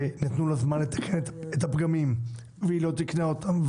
ונתנו לה זמן לתקן את הפגמים והיא לא תיקנה אותם,